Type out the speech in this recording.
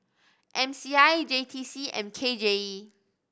M C I J T C and K J E